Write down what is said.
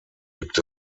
gibt